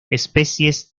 especies